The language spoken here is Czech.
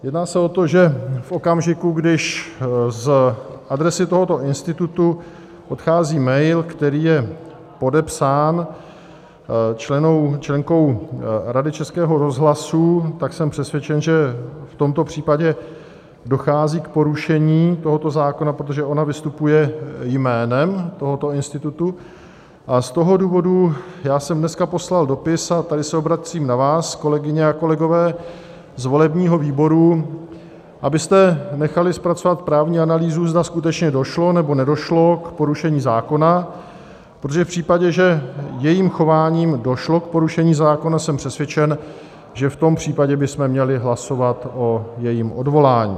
Jedná se o to, že v okamžiku, kdy z adresy tohoto institutu odchází mail, který je podepsán členkou Rady Českého rozhlasu, tak jsem přesvědčen, že v tomto případě dochází k porušení tohoto zákona, protože ona vystupuje jménem tohoto institutu, a z toho důvodu já jsem dneska poslal dopis a tady se obracím na vás, kolegyně a kolegové z volebního výboru, abyste nechali zpracovat právní analýzu, zda skutečně došlo, nebo nedošlo k porušení zákona, protože v případě, že jejím chováním došlo k porušení zákona, jsem přesvědčen, že v tom případě bychom měli hlasovat o jejím odvolání.